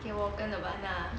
给我跟 nirvana